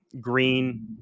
green